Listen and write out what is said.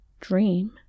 dream